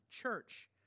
Church